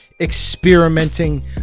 experimenting